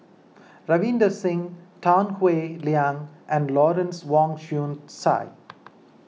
Ravinder Singh Tan Howe Liang and Lawrence Wong Shyun Tsai